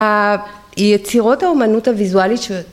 ‫היצירות האומנות הוויזואלית ש...